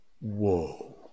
Whoa